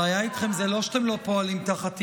הבעיה איתכם זה לא שאתם לא פועלים תחת איומים,